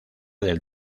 del